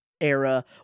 era